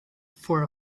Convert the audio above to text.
for